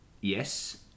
Yes